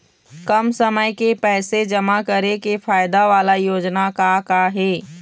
कम समय के पैसे जमा करे के फायदा वाला योजना का का हे?